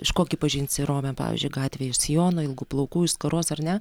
iš ko gi pažinsi romę pavyzdžiui gatvėj iš sijono ilgų plaukų iš skaros ar ne